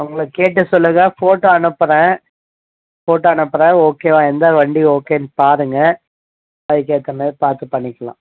அவங்கள கேட்டு சொல்லுங்க ஃபோட்டோ அனுப்புறேன் ஃபோட்டோ அனுப்புறேன் ஓகேவா எந்த வண்டி ஓகேன்னு பாருங்க அதுக்கேற்ற மாரி பார்த்து பண்ணிக்கலாம்